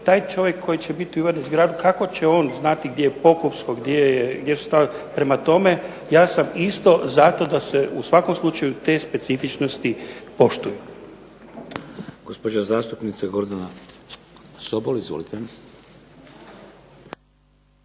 taj čovjek koji će biti u Ivanić Gradu, kako će on znati gdje je Pokupsko, gdje su ta. Prema tome, ja sam isto za to da se u svakom slučaju te specifičnosti poštuju.